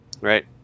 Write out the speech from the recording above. Right